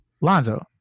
Lonzo